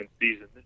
season